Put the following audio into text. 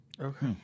Okay